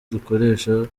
dukoresha